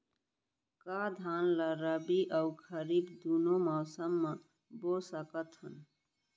का धान ला रबि अऊ खरीफ दूनो मौसम मा बो सकत हन?